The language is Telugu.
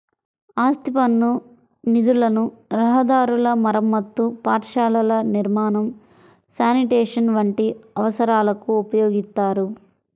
ఆస్తి పన్ను నిధులను రహదారుల మరమ్మతు, పాఠశాలల నిర్మాణం, శానిటేషన్ వంటి అవసరాలకు ఉపయోగిత్తారు